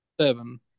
seven